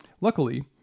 Luckily